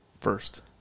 First